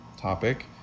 topic